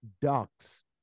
ducks